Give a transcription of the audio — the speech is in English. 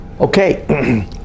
Okay